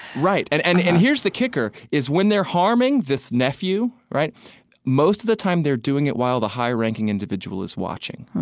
right. and and and here's the kicker, is when they're harming this nephew, most of the time they're doing it while the high-ranking individual is watching.